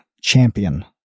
champion